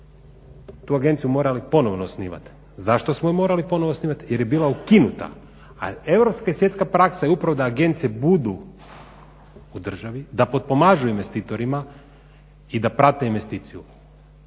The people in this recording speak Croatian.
tu agenciju morali ponovo osnivati, zašto smo je morali ponovo osnivati, jer je bila ukinuta a europska i svjetska praksa je upravo da agencije budu u državi, da potpomažu investitorima i da prate investiciju.